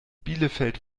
bielefeld